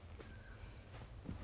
oh